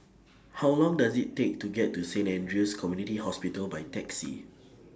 How Long Does IT Take to get to Saint Andrew's Community Hospital By Taxi